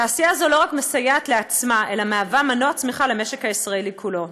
התעשייה לא רק מסייעת לעצמה אלא מהווה מנוע צמיחה למשק הישראלי כולו.